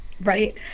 right